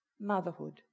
motherhood